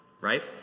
right